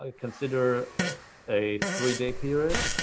ah consider a three day period.